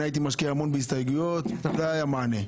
אני הייתי משקיע המון בהסתייגויות ולא היה מענה.